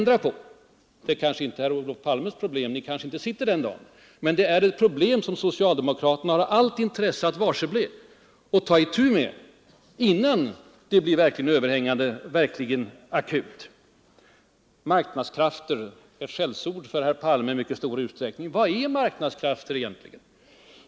Det kanske inte är herr Olof Palmes problem — Ni kanske inte sitter i den ställningen den dagen — men det är ett problem som socialdemokraterna har allt intresse av att varsebli och ta itu med innan det blir verkligt akut. Marknadskrafter är ett skällsord för herr Palme i mycket stor utsträckning. Vad är marknadskrafter egentligen?